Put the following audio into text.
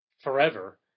forever